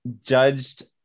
judged